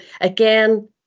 again